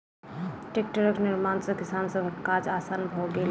टेक्टरक निर्माण सॅ किसान सभक काज आसान भ गेलै